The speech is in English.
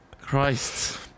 Christ